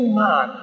man